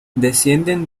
descienden